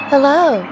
Hello